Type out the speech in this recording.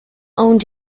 owned